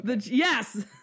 Yes